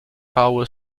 power